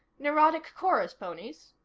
neurotic chorus ponies?